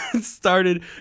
started